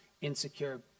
insecure